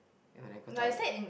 like when I go toilet